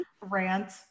Rant